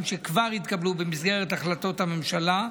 שכבר התקבלו במסגרת החלטות הממשלה: